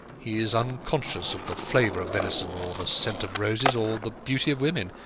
he is unconscious of the flavour of venison, or the scent of roses, or the beauty of women.